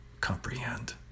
comprehend